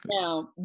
Now